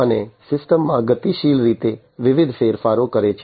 અને સિસ્ટમમાં ગતિશીલ રીતે વિવિધ ફેરફારો કરે છે